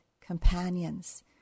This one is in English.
companions